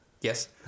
Yes